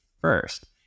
first